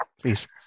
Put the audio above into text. please